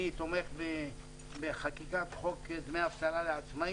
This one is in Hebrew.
אני תומך בחקיקת חוק דמי אבטלה לעצמאים.